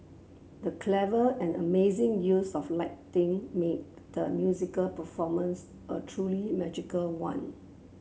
the clever and amazing use of lighting made the musical performance a truly magical one